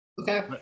Okay